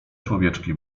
człowieczki